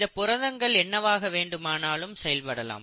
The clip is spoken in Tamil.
இந்தப் புரதங்கள் என்னவாக வேண்டுமானாலும் செயல்படலாம்